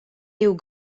divus